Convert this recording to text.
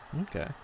Okay